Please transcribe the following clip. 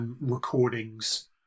recordings